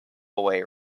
away